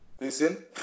listen